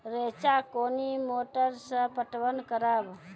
रेचा कोनी मोटर सऽ पटवन करव?